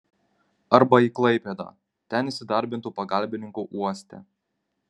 arba į klaipėdą ten įsidarbintų pagalbininku uoste